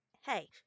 Hey